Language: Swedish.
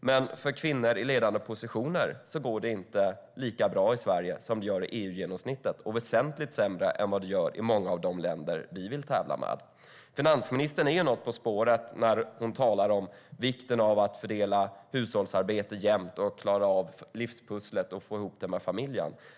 Men för kvinnor i ledande positioner går det inte lika bra i Sverige som i genomsnittet av EU-länder, och det går väsentligt sämre än i många av de länder som vi vill tävla med. Finansministern är något på spåret när hon talar om vikten av att fördela hushållsarbete jämnt, klara av livspusslet och få ihop detta med familjen.